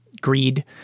greed